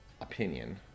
opinion